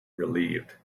relieved